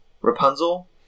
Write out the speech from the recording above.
Rapunzel